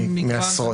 מעשרות.